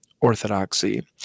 orthodoxy